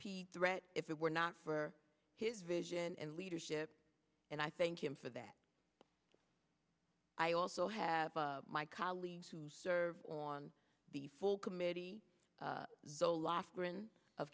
threat if it were not for his vision and leadership and i thank him for that i also have my colleagues who serve on the full committee